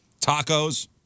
Tacos